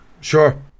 sure